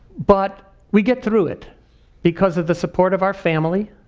but we get through it because of the support of our family